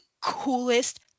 coolest